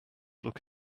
look